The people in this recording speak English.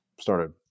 started